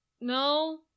no